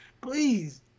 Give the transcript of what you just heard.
please